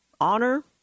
honor